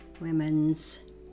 women's